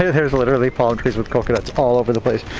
there's literally palm trees with coconuts all over the place.